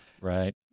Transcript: Right